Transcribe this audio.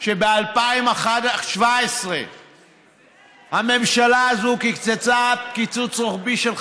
ב-2017 הממשלה הזאת קיצצה קיצוץ רוחבי של 5.8%,